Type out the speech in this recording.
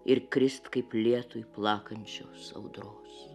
ir krist kaip lietui plakančios audros